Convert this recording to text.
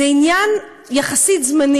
זה עניין זמני,